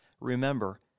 remember